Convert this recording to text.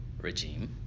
Regime